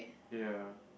ya